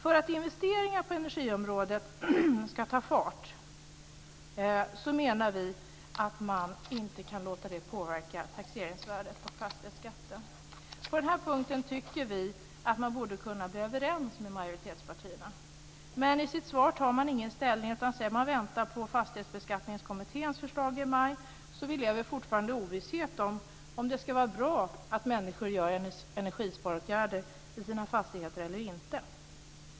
För att investeringar på energiområdet ska ta fart menar vi att man inte kan låta det påverka taxeringsvärdet och fastighetsskatten. På den här punkten tycker vi att man borde kunna bli överens med majoritetspartierna. Men i betänkandet tar man inte ställning, utan säger att man väntar på Fastighetsbeskattningskommitténs förslag i maj. Så vi lever fortfarande i ovisshet om det är bra att människor vidtar energisparåtgärder i sina fastigheter eller inte.